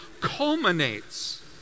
culminates